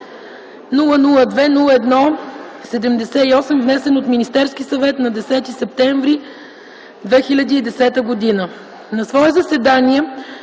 002-01-78, внесен от Министерски съвет на 10 септември 2010 г. На свое заседание,